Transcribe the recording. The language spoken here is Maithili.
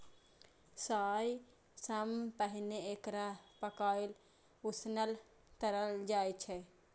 खाय सं पहिने एकरा पकाएल, उसनल, तरल जाइ छै